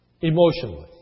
Emotionally